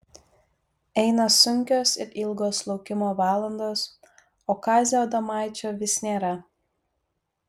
eina sunkios ir ilgos laukimo valandos o kazio adomaičio vis nėra